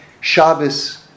Shabbos